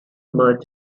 merchant